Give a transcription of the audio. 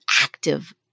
active